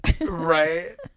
Right